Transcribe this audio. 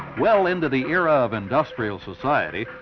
well into the era of industrial society,